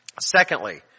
Secondly